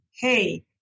Hey